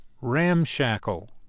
Ramshackle